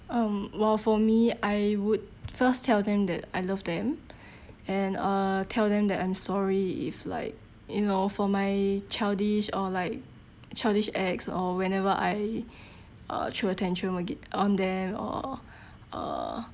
um well for me I would first tell them that I love them and uh tell them that I'm sorry if like you know for my childish or like childish acts or whenever I uh throw a tantrum ag~ on them or uh